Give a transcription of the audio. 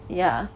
ya